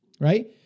right